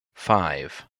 five